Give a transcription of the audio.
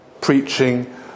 preaching